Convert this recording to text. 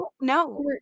no